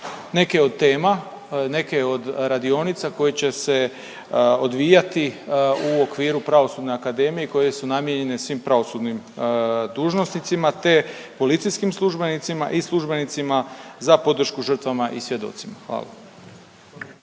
neke od tema, neke od radionica koje će se odvijati u okviru Pravosudne akademije i koje su namijenjene svim pravosudnim dužnosnicima, te policijskim službenicima i službenicima za podršku žrtvama i svjedocima, hvala.